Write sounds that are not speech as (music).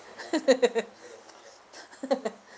(laughs)